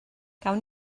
gawn